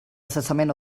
cessament